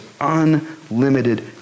unlimited